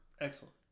Excellent